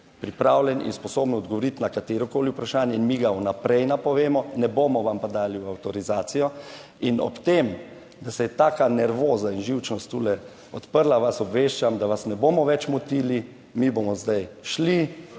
pripravljen in sposoben odgovoriti na katerokoli vprašanje in mi ga vnaprej napovemo, ne bomo vam pa dali v avtorizacijo. In ob tem, da se je taka nervoza in živčnost tule odprla, vas obveščam, da vas ne bomo več motili, mi bomo zdaj šli,